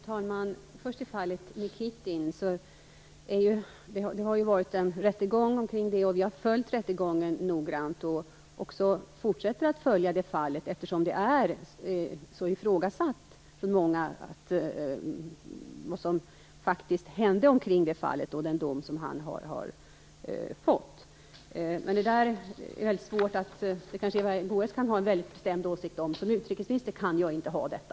Fru talman! I fallet Nikitin har det hållits en rättegång som vi noga har följt. Vi fortsätter också att följa det fallet, eftersom händelserna kring fallet och domen har ifrågasatts. Eva Goës kan kanske ha en väldigt bestämd åsikt om detta, men som utrikesminister kan inte jag ha det.